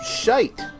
shite